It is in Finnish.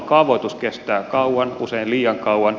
kaavoitus kestää kauan usein liian kauan